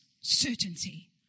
certainty